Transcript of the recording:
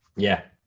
yeah,